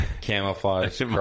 camouflage